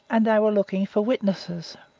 and they were looking for witnesses.